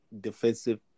defensive